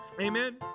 Amen